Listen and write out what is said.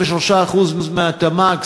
ב-23%-22% מהתמ"ג,